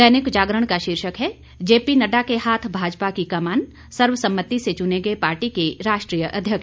दैनिक जागरण का शीर्षक है जेपी नड्डा के हाथ भाजपा की कमान सर्वसम्मति से चुने गए पार्टी के राष्ट्रीय अध्यक्ष